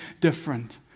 different